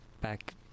back